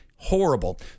Horrible